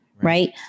Right